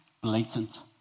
blatant